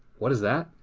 what is that?